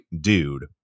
dude